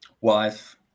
wife